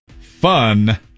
Fun